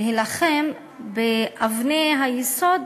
להילחם באבני היסוד